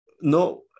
no